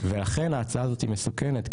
ואכן ההצעה הזאת מסוכנת,